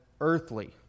earthly